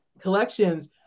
collections